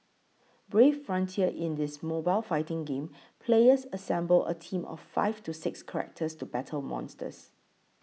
Brave Frontier In this mobile fighting game players assemble a team of five to six characters to battle monsters